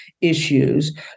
issues